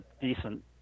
decent